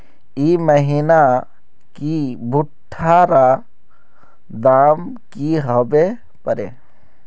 ई महीना की भुट्टा र दाम की होबे परे?